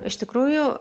iš tikrųjų